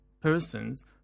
persons